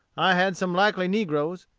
i had some likely negroes,